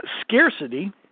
scarcity